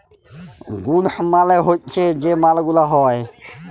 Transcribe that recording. goods মালে হচ্যে যে মাল গুলা হ্যয়